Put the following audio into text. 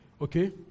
Okay